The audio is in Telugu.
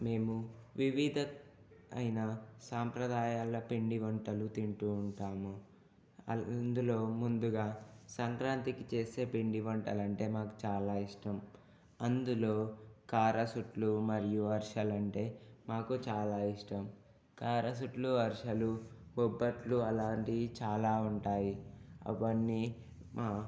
మేము వివిధ అయిన సాంప్రదాయాల పిండి వంటలు తింటూ ఉంటాము అందులో ముందుగా సంక్రాంతికి చేసే పిండి వంటలంటే మాకు చాలా ఇష్టం అందులో కారాసుట్లు మరియు అరిసెలు అంటే మాకు చాలా ఇష్టం కారాసుట్లు అరిసెలు బొబ్బట్లు అలాంటివి చాలా ఉంటాయి అవన్నీ